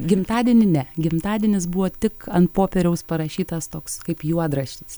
gimtadienį ne gimtadienis buvo tik an popieriaus parašytas toks kaip juodraštis